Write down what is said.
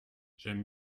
j’aime